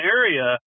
area